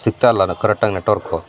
ಸಿಗ್ತಾ ಇಲ್ಲ ಅದು ಕರಕ್ಟಾಗಿ ನೆಟ್ವರ್ಕು